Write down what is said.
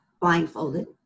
blindfolded